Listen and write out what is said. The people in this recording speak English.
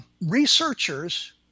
researchers